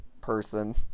person